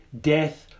death